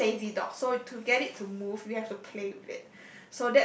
it's a very lazy dog so to get it to move we have to play with it